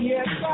Yes